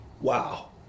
Wow